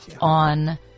on